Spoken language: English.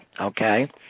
okay